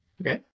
Okay